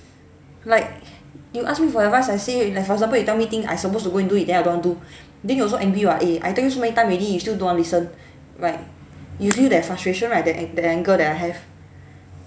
like you ask me for advice I say you like for example you tell me thing I supposed to go and do it then I don't want to do then you also angry [what] eh I tell you so many times already you still don't want listen right you feel that frustration right that that anger that I have